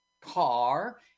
car